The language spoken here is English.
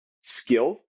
skill